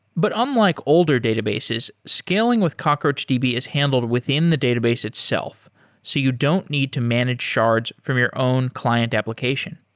but unlike older databases, scaling with cockroachdb is handled within the database itself so you don't need to manage shards from your own client application,